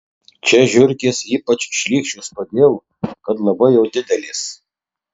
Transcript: čia žiurkės ypač šlykščios todėl kad labai jau didelės